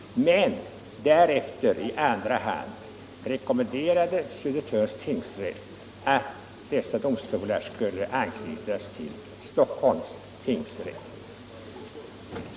Men i andra hand rekommenderade Södertörns tingsrätt att dessa domstolar skulle knytas till Stockholms tingsrätt.